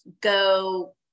go